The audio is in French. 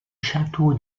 château